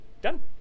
done